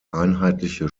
einheitliche